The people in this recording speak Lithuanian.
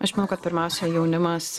aš manau kad pirmiausia jaunimas